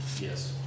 Yes